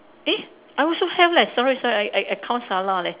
eh I also have leh sorry sorry I I I count salah leh